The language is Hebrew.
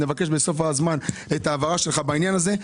נבקש בסוף הזמן את ההבהרה שלך בעניין הזה.